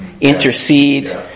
intercede